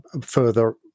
further